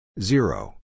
Zero